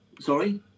Sorry